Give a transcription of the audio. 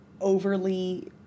overly